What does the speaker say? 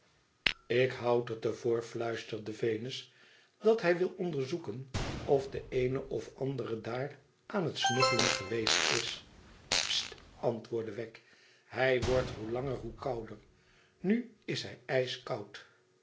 ik boud het er voor fluisterde venus tdat hij wil onderzoeken of de eene ot ander daar aan het snuffelen geweest is sst antwoordde wegg thij wordt hoe langer zoo kouder nu is hij ijskoud